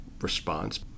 response